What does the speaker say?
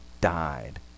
died